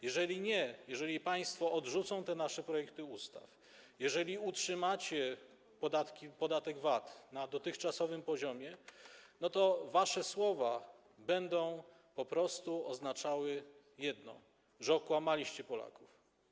Jeżeli nie, jeżeli państwo odrzucicie nasze projekty ustaw, jeżeli utrzymacie podatek VAT na dotychczasowym poziomie, to wasze słowa będą po prostu oznaczały jedno: że okłamaliście Polaków.